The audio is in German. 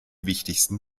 wichtigsten